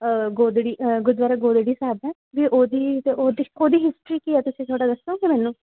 ਗੋਦੜੀ ਗੁਰਦੁਆਰਾ ਗੋਦੜੀ ਸਾਹਿਬ ਹੈ ਵੀ ਉਹਦੀ ਅਤੇ ਉਹਦੀ ਉਹਦੀ ਹਿਸਟਰੀ ਕੀ ਹੈ ਤੁਸੀਂ ਥੋੜ੍ਹਾ ਦੱਸੋਗੇ ਮੈਨੂੰ